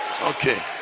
Okay